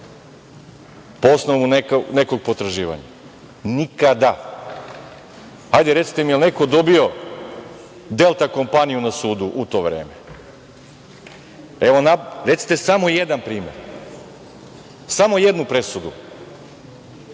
po osnovu nekog potraživanja, nikada. Hajde, recite mi jel neko dobio „Delta“ kompaniju na sudu u to vreme? Recite mi samo jedan primer, samo jednu presudu,